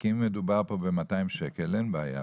כי אם מדובר פה ב-200 שקל אין בעיה,